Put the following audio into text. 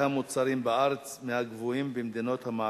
המוצרים בארץ הם מהגבוהים במדינות המערב,